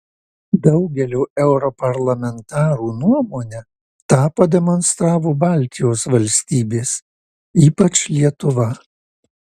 daugelio europarlamentarų nuomone tą pademonstravo baltijos valstybės ypač lietuva